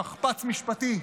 שכפ"ץ משפטי.